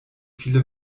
viele